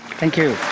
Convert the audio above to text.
thank you.